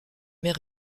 mer